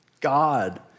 God